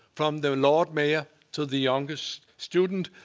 from the lord mayor to the youngest student.